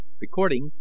Recording